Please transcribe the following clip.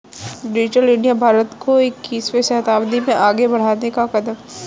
digital India Bharat को इक्कीसवें शताब्दी में आगे बढ़ने का कदम है